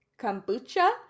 kombucha